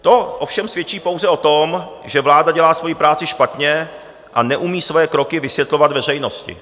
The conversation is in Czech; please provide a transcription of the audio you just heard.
To ovšem svědčí pouze o tom, že vláda dělá svoji práci špatně a neumí svoje kroky vysvětlovat veřejnosti.